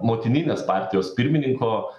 motininės partijos pirmininko